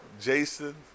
Jason